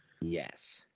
yes